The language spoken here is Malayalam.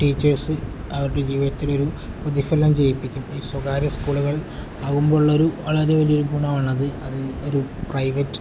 ടീച്ചേഴ്സ് അവരുടെ ജീവിതത്തിലൊരു പ്രതിഫലം ചെയ്യിപ്പിക്കും ഈ സ്വകാര്യ സ്കൂളുകൾ ആകുമ്പോൾ ഉള്ള ഒരു വളരെ വലിയൊരു ഗുണമാണത് അത് ഒരു പ്രൈവറ്റ്